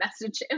message